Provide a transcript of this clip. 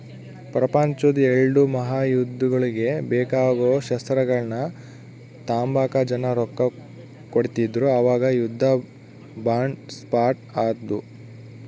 ಪ್ರಪಂಚುದ್ ಎಲ್ಡೂ ಮಹಾಯುದ್ದಗುಳ್ಗೆ ಬೇಕಾಗೋ ಶಸ್ತ್ರಗಳ್ನ ತಾಂಬಕ ಜನ ರೊಕ್ಕ ಕೊಡ್ತಿದ್ರು ಅವಾಗ ಯುದ್ಧ ಬಾಂಡ್ ಸ್ಟಾರ್ಟ್ ಆದ್ವು